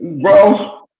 Bro